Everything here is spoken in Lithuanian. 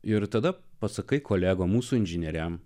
ir tada pasakai kolegom mūsų inžinieriam